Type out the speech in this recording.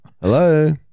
Hello